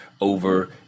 over